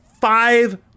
Five